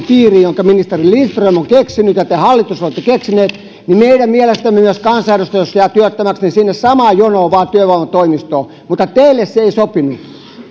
piiriin jonka ministeri lindström on keksinyt ja te hallitus olette keksineet ja meidän mielestämme myös kansanedustaja jos jää työttömäksi niin sinne samaan jonoon vaan työvoimatoimistoon mutta teille se ei sopinut